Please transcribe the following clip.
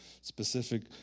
specific